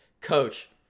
Coach